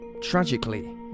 tragically